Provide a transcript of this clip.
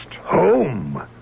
Home